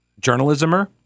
journalismer